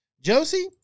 Josie